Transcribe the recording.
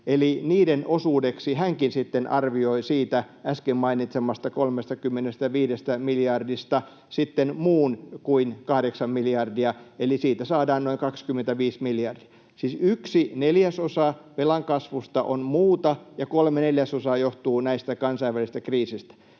niiden osuudeksi hänkin sitten arvioi siitä äsken mainitsemastani 35 miljardista muun kuin 8 miljardia, eli siitä saadaan noin 25 miljardia. Siis yksi neljäsosa velan kasvusta on muuta, ja kolme neljäsosaa johtuu näistä kansainvälisistä kriiseistä.